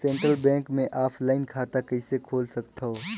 Central Bank मे offline खाता कइसे खोल सकथव?